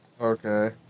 Okay